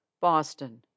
Boston